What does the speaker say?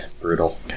brutal